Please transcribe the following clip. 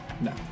No